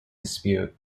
dispute